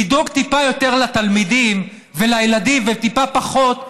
לדאוג טיפה יותר לתלמידים ולילדים וטיפה פחות לעפרונות,